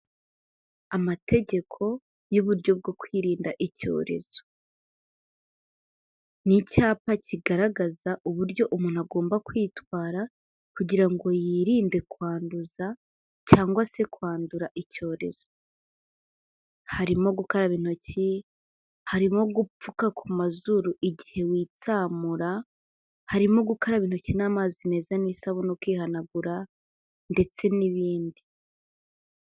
Amategeko y'uburyo bwo kwirinda icyorezo, ni icyapa kigaragaza uburyo umuntu agomba kwitwara kugira ngo yirinde kwanduza cyangwase kwandura icyorezo, harimo gukaraba intoki, harimo gupfuka ku mazuru igihe witsamura, harimo gukaraba intoki n'amazi meza n'isabune ukihanagura, ndetse n'ibindi.